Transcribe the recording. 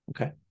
Okay